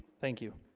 thank you